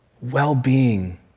well-being